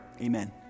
amen